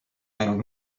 näinud